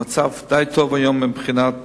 המצב די טוב היום מבחינת